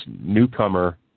newcomer